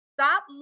Stop